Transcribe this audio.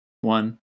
one